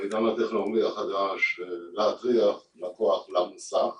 בעידן הטכנולוגי החדש להכריח לקוח למוסך